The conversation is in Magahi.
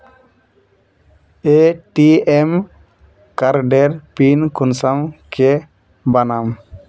ए.टी.एम कार्डेर पिन कुंसम के बनाम?